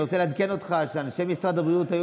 אני רוצה לעדכן אותך שאנשי משרד הבריאות היו